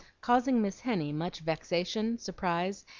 causing miss henny much vexation, surprise,